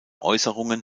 äußerungen